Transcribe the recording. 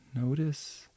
Notice